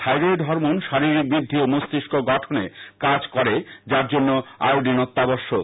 thyroid hormone শারীরিক বৃদ্ধি ও মস্তিস্ক গঠনে কাজ করে যার জন্য আয়োডিন অত্যাবশ্যক